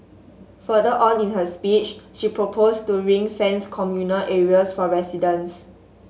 further on in her speech she proposed to ring fence communal areas for residents